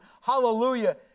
Hallelujah